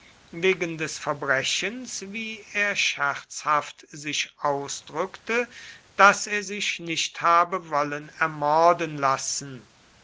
wegen des verbrechens wie er scherzhaft sich ausdrückte daß er sich nicht habe wollen ermorden lassen